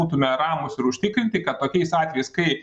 būtume ramūs ir užtikrinti kad tokiais atvejais kai